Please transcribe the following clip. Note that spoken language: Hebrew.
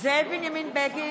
זאב בנימין בגין,